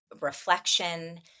reflection